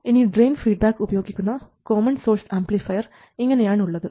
ഇനി drain feedback ഉപയോഗിക്കുന്ന common source amplifier ഇങ്ങനെയാണ് ഉള്ളത്